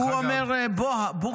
הוא אומר "בו"ה" ברכה והצלחה.